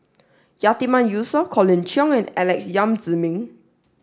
Yatiman Yusof Colin Cheong and Alex Yam Ziming